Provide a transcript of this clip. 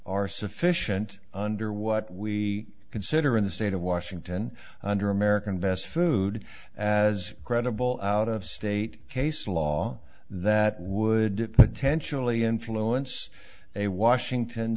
are sufficient under what we consider in the state of washington under american best food as credible out of state case law that would potentially influence a washington